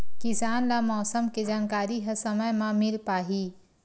किसान ल मौसम के जानकारी ह समय म मिल पाही?